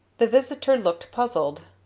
the visitor looked puzzled.